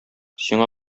сиңа